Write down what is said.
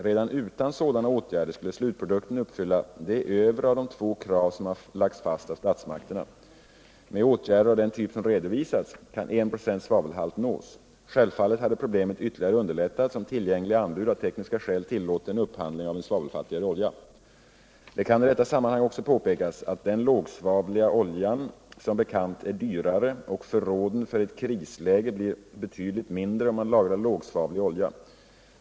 Redan utan sådana åtgärder skulle slutprodukten uppfylla det övre av de två krav som har lagts fast av statsmakterna. Med åtgärder av den typ som redovisats kan 1,0 96 svavelhalt nås. Självfallet hade problemet ytterligare underlättats om tillgängliga anbud av tekniska skäl tillåtit en upphandling av en svavelfattigare olja. Det kan i detta sammanhang också påpekas att den lågsvavliga oljan som bekant är dyrare och förråden för ett krisläge blir betydligt mindre om man lagrar lågsvavlig olja.